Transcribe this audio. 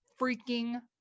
freaking